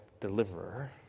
deliverer